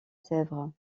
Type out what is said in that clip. sèvres